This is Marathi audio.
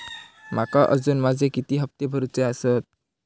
माका अजून माझे किती हप्ते भरूचे आसत?